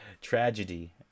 Tragedy